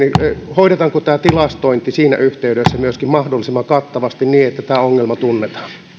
hoidetaanko tämä tilastointi siinä yhteydessä myöskin mahdollisimman kattavasti niin että tämä ongelma tunnetaan